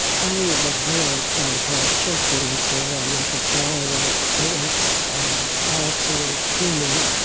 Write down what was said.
i was bored by the parish church we went to, and i could tell that it was all too human.